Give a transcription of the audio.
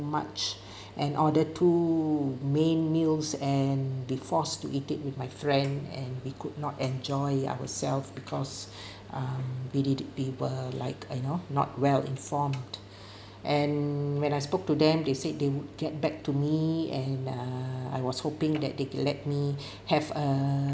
much and order two main meals and be forced to eat it with my friend and we could not enjoy ourselves because um we did we were like you know not well informed and when I spoke to them they said they would get back to me and err I was hoping that they can let me have a